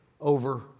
over